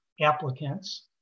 applicants